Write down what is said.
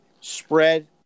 Spread